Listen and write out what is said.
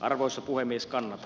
arvoisa puhemies kannata